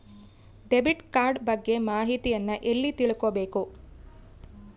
Debit card ಬಗ್ಗೆ ಮಾಹಿತಿಯನ್ನ ಎಲ್ಲಿ ತಿಳ್ಕೊಬೇಕು?